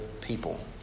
people